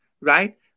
right